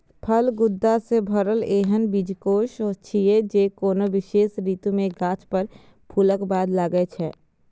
फल गूदा सं भरल एहन बीजकोष छियै, जे कोनो विशेष ऋतु मे गाछ पर फूलक बाद लागै छै